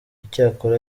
icyakora